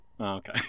Okay